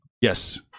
Yes